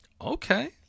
Okay